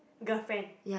girlfriend